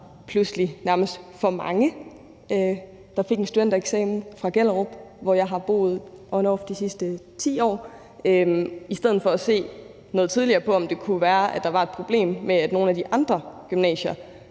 pludselig nærmest var for mange, der fik en studentereksamen fra Gellerup, hvor jeg har boet on-off de sidste 10 år, i stedet for at se noget tidligere på, om det kunne være, der var et problem med, at nogle af de andre gymnasier